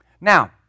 Now